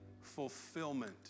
fulfillment